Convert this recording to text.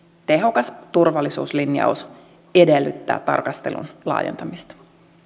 tehokas turvallisuuslinjaus edellyttää tarkastelun laajentamista